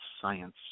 science